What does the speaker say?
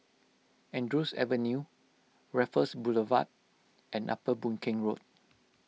Andrews Avenue Raffles Boulevard and Upper Boon Keng Road